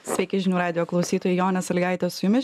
sveiki žinių radijo klausytojai jonė sąlygaitė su jumis